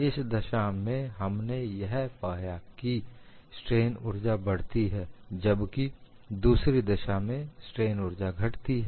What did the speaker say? इस दशा में हमने यह पाया कि स्ट्रेन ऊर्जा बढ़ती है जबकि दूसरी दशा में स्ट्रेन ऊर्जा घटती है